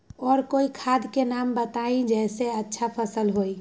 और कोइ खाद के नाम बताई जेसे अच्छा फसल होई?